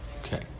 Okay